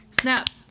snap